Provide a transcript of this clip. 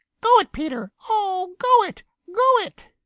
go it, peter! oh, go it! go it!